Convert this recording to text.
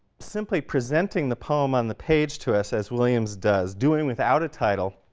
simply presenting the poem on the page to us, as williams does, doing without a title,